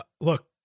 Look